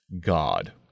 God